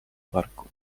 parku